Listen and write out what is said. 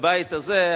בבית הזה,